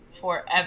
forever